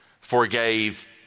forgave